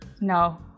No